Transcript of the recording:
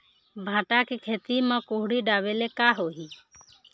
भांटा के खेती म कुहड़ी ढाबे ले का होही?